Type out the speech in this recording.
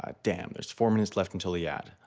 um damn there's four minutes left until the ad.